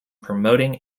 promoting